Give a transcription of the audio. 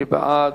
מי בעד?